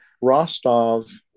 Rostov